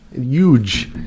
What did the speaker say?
Huge